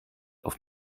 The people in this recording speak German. auf